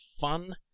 fun